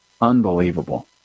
Unbelievable